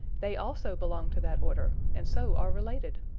they also belong to that order and so are related,